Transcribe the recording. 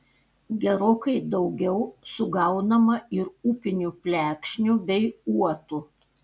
gerokai daugiau sugaunama ir upinių plekšnių bei uotų